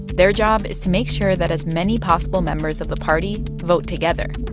their job is to make sure that as many possible members of the party vote together.